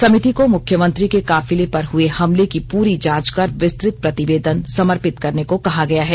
समिति को मुख्यमंत्री के काफिले पर हए हमले की पूरी जांच कर विस्तुत प्रतिवेदन समर्पित करने को कहा गया है